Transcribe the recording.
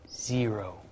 zero